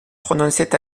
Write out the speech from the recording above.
prononçait